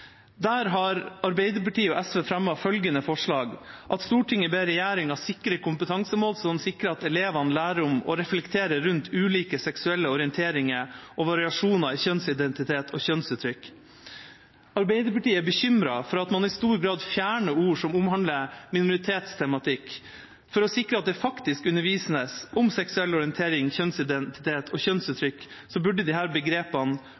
Der vil Arbeiderpartiet og SV fremme følgende forslag: «Stortinget ber regjeringen sikre kompetansemål som sikrer at elevene lærer om og reflekterer rundt ulike seksuelle orienteringer og variasjoner i kjønnsidentitet og kjønnsuttrykk.» Arbeiderpartiet er bekymret for at man i stor grad fjerner ord som omhandler minoritetstematikk. For å sikre at det faktisk undervises om seksuell orientering, kjønnsidentitet og kjønnsuttrykk, burde disse begrepene